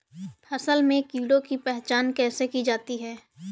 फसल में कीड़ों की पहचान कैसे की जाती है?